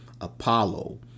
Apollo